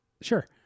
sure